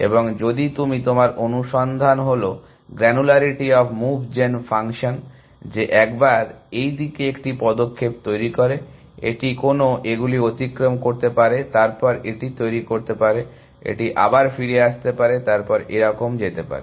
এবং যদি তুমি তোমার অনুসন্ধান হলো granularity of move gen function যে একবার এই দিকে একটি পদক্ষেপ তৈরি করে এটি কোনও এগুলি অতিক্রম করতে পারে তারপর এটি তৈরি করতে পারে এটি আবার ফিরে আসতে পারে তারপর এরকম যেতে পারে